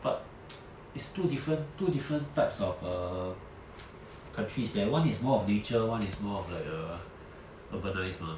but it's two different two different types of err countries leh one is more of nature one is more of like err urbanised mah